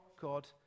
God